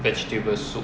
vegetable soup